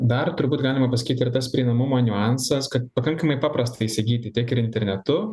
dar turbūt galima pasakyti ir tas prieinamumo niuansas kad pakankamai paprasta įsigyti tiek ir internetu